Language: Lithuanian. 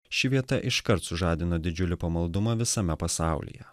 ši vieta iškart sužadino didžiulį pamaldumą visame pasaulyje